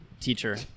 teacher